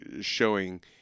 showing